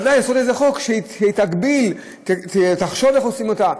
לעשות איזה חוק שיגביל, שיחשוב איך עושים אותה.